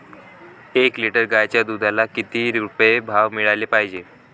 एक लिटर गाईच्या दुधाला किती रुपये भाव मिळायले पाहिजे?